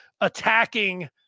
attacking